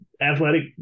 athletic